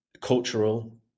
cultural